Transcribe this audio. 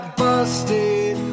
busted